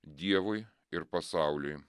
dievui ir pasauliui